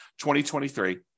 2023